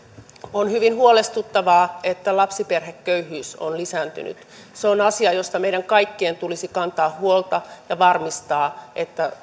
on hyvin huolestuttavaa että lapsiperheköyhyys on lisääntynyt se on asia josta meidän kaikkien tulisi kantaa huolta ja varmistaa että